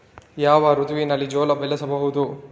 ಯಾವ ಋತುವಿನಲ್ಲಿ ಜೋಳ ಬೆಳೆಸಬಹುದು?